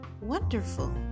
Wonderful